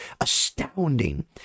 astounding